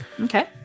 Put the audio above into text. Okay